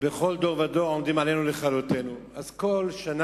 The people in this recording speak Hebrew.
ובכל דור ודור עומדים עלינו לכלותנו.